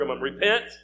Repent